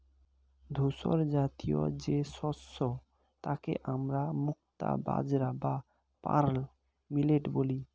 ধূসরজাতীয় যে শস্য তাকে আমরা মুক্তা বাজরা বা পার্ল মিলেট বলি